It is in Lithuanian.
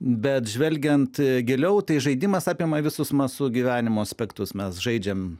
bet žvelgiant giliau tai žaidimas apima visus mūsų gyvenimo aspektus mes žaidžiam